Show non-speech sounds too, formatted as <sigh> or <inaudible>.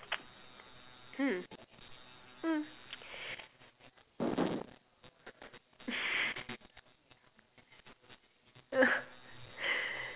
<noise> hmm hmm <noise> <laughs>